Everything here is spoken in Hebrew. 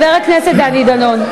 חבר הכנסת דני דנון,